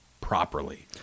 properly